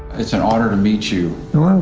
it's an honor to meet you.